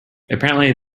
apparently